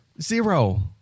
zero